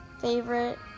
favorite